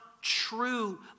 true